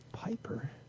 Piper